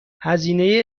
هزینه